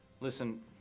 Listen